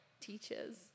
teaches